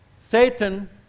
Satan